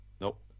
nope